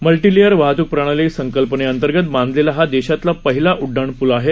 multilayer वाहतूक प्रणाली संकल्पनेअंतर्ग बांधलेला हा देशातला पहिला उड्डाणपूल आहे